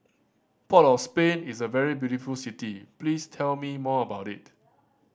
port of Spain is a very beautiful city please tell me more about it